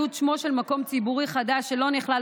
איות שמו של מקום ציבורי חדש שלא נכלל